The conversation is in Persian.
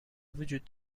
وجود